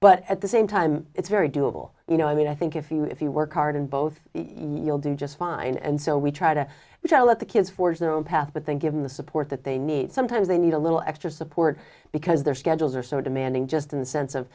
but at the same time it's very doable you know i mean i think if you if you work hard in both you'll do just fine and so we try to reach i let the kids forge their own path but then given the support that they need sometimes they need a little extra support because their schedules are so demanding just in the sense of